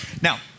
Now